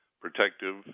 protective